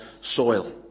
soil